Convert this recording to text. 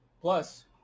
plus